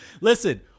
Listen